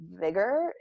vigor